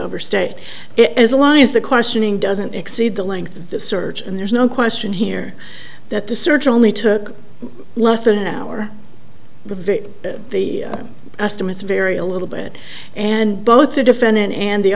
overstate it as long as the questioning doesn't exceed the length of the search and there's no question here that the search only took less than an hour the very the estimates vary a little bit and both the defendant and the